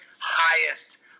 highest